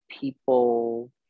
people